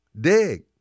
dig